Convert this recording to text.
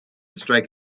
strike